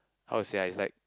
how to say ah is like